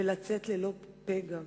ולצאת ללא פגע.